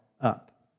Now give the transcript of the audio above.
up